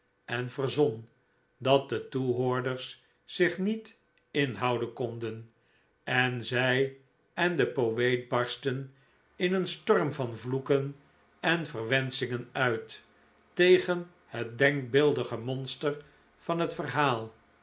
en verzon dat de toehoorders zich niet inhouden konden en zij en de poeet barstten in een storm van vloeken en verwenschingen uit tegen het denkbeeldige monster van het verhaal